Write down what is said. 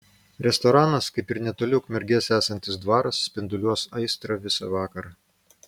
restoranas kaip ir netoli ukmergės esantis dvaras spinduliuos aistrą visa vakarą